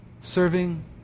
serving